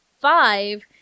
five